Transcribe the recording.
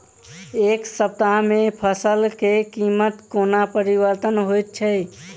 एक सप्ताह मे फसल केँ कीमत कोना परिवर्तन होइ छै?